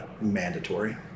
mandatory